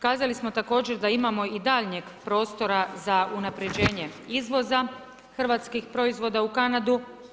Kazali smo također da imamo i daljnjeg prostora za unapređenje izvoza hrvatskih proizvoda u Kanadu.